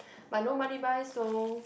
but no money buy so